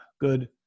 good